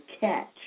catch